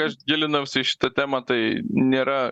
aš gilinausi į šitą temą tai nėra